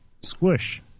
Squish